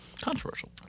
Controversial